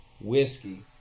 whiskey